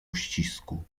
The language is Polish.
uścisku